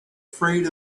afraid